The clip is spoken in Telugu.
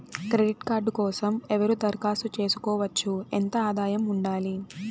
క్రెడిట్ కార్డు కోసం ఎవరు దరఖాస్తు చేసుకోవచ్చు? ఎంత ఆదాయం ఉండాలి?